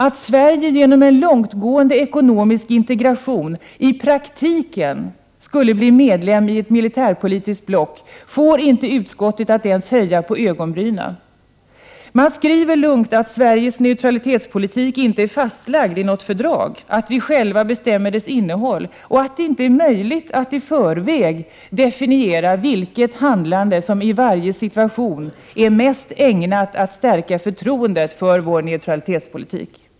Att Sverige genom en långtgående ekonomisk integration i praktiken skulle bli medlem i ett militärpolitiskt block får inte utskottet att ens höja på ögonbrynen. Man skriver lugnt att Sveriges neutralitetspolitik inte är fastlagd i något fördrag, att vi själva bestämmer dess innehåll och att det inte är möjligt att i förväg definiera vilket handlade som i varje situation mest är ägnat att stärka förtroendet för vår neutralitetspolitik.